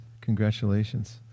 Congratulations